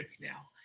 now